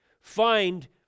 find